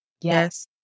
Yes